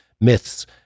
myths